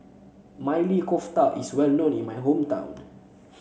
Maili Kofta is well known in my hometown